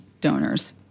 donors